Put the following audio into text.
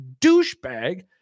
douchebag